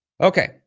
Okay